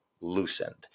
loosened